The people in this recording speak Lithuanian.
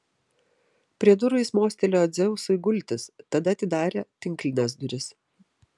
prie durų jis mostelėjo dzeusui gultis tada atidarė tinklines duris